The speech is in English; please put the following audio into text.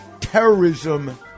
terrorism